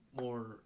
more